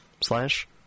slash